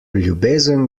ljubezen